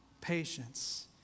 patience